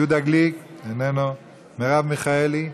יהודה גליק, איננו, מרב מיכאלי,